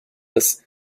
das